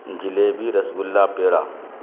jalebi rasgulla پیڑا